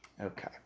Okay